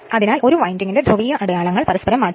അതിനാൽ ഒരു വിൻഡിംഗിന്റെ ധ്രുവീയ അടയാളങ്ങൾ പരസ്പരം മാറ്റണം